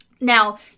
Now